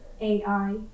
AI